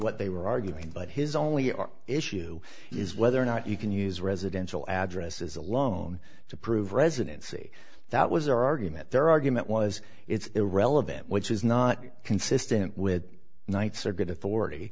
what they were arguing but his only our issue is whether or not you can use residential addresses alone to prove residency that was their argument their argument was it's irrelevant which is not consistent with knights or good authority